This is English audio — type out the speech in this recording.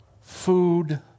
food